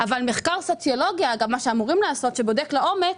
אבל מחקר סוציולוגי שבדק לעומק